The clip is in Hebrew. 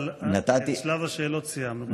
אבל את שלב השאלות סיימנו.